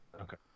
Okay